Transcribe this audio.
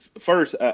First